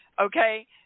okay